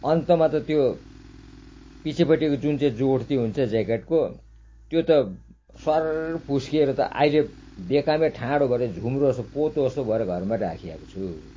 अन्तमा त त्यो पछिपट्टिको जुन चाहिँ जोड्ती हुन्छ ज्याकेटको त्यो त स्वार् फुस्किएर त अहिले बेकारमै ठाडो गरेर झुम्रो जस्तो पोतो जस्तो भएर घरमा राखी आएको छु